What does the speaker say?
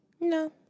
No